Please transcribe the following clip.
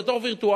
וזה תור וירטואלי,